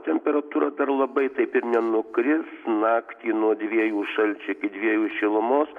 temperatūra dar labai taip ir nenukris naktį nuo dviejų šalčio iki dviejų šilumos